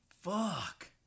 Fuck